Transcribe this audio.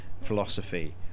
philosophy